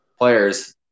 Players